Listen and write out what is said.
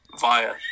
via